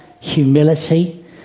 humility